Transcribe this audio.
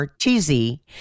cheesy